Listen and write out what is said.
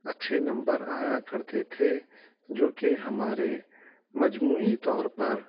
اچھے نمبر آیا کرتے تھے جوکہ ہمارے مجموعی طور پر